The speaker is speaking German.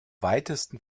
weitesten